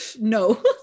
no